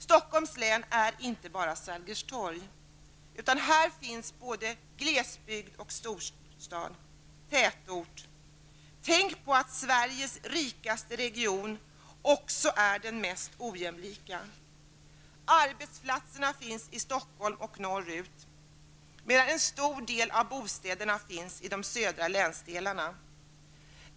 Stockholms län är inte bara Sergels Torg, utan här finns både glesbygd och tätort. Tänk på att Sveriges rikaste region också är den mest ojämlika! Arbetsplatserna finns i Stockholm och norrut, medan en stor del av bostäderna finns i de södra länsdelarna.